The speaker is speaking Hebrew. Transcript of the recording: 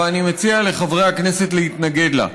ואני מציע לחברי הכנסת להתנגד לה.